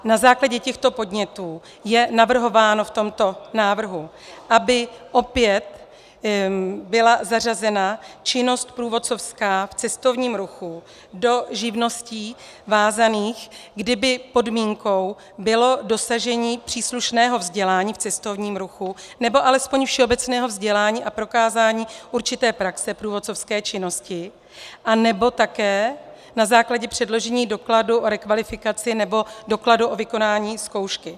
Na základě těchto podnětů je navrhováno v tomto návrhu, aby opět byla zařazena činnost průvodcovská v cestovním ruchu do živností vázaných, kdy by podmínkou bylo dosažení příslušného vzdělání v cestovním ruchu nebo alespoň všeobecného vzdělání a prokázání určité praxe průvodcovské činnosti, anebo také na základě předložení dokladu o rekvalifikaci nebo dokladu o vykonání zkoušky.